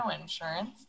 insurance